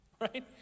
Right